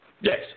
Yes